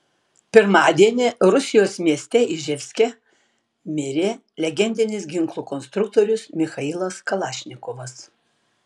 pirmadienį rusijos mieste iževske mirė legendinis ginklų konstruktorius michailas kalašnikovas